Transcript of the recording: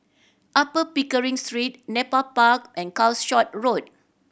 Upper Pickering Street Nepal Park and Calshot Road